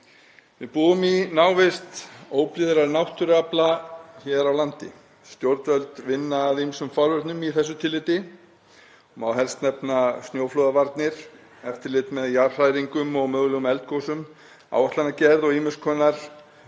Við búum í návist óblíðra náttúruafla hér á landi. Stjórnvöld vinna að ýmsum forvörnum í þessu tilliti, má helst nefna snjóflóðavarnir, eftirlit með jarðhræringum og mögulegum eldgosum, áætlanagerð og ýmiss konar